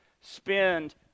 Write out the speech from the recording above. spend